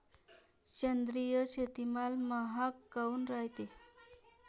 सेंद्रिय शेतीमाल महाग काऊन रायते?